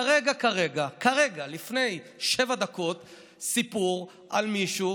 כרגע כרגע, כרגע לפני שבע דקות, סיפרו על מישהו